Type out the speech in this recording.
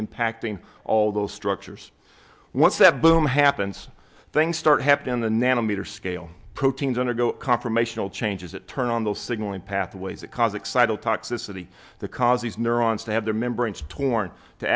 impacting all those structures once that boom happens things start happening on the nanometer scale proteins undergo conformational changes that turn on those signalling pathways that cause excited toxicity that causes neurons to have their membranes torn to